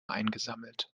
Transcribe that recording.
eingesammelt